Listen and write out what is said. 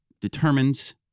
determines